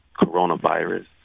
coronavirus